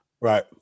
Right